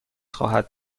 خواهد